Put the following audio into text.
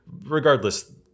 Regardless